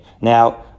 now